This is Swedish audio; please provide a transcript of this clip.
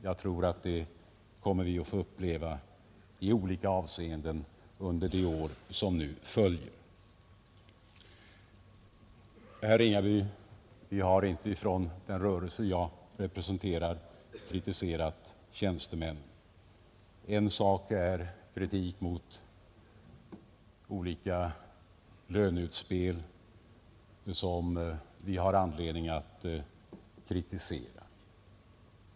Jag tror att vi kommer att få uppleva det i olika avseenden under de år som nu följer. Herr Ringaby! Vi har inte från den rörelse som jag representerar kritiserat tjänstemän. En sak är de olika löneutspel som vi har anledning att kritisera.